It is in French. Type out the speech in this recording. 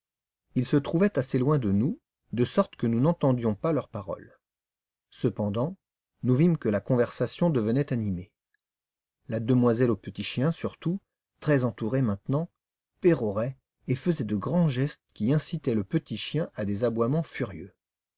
ils se trouvaient assez loin de nous de sorte que nous n'entendions pas leurs paroles cependant nous vîmes que la conversation devenait animée la demoiselle au petit chien surtout très entourée maintenant pérorait et faisait de grands gestes qui incitaient le petit chien à des aboiements furieux